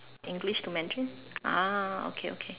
English to Mandarin ah okay okay